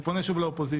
אני פונה שוב לאופוזיציה: